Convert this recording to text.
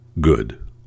good